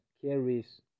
carries